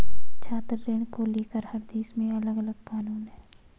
छात्र ऋण को लेकर हर देश में अलगअलग कानून है